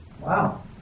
Wow